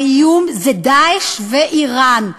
האיום זה "דאעש" ואיראן.